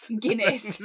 Guinness